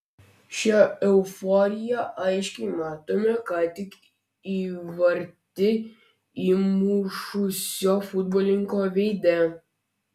šią euforiją aiškiai matome ką tik įvartį įmušusio futbolininko veide